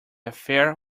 affair